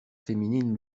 féminine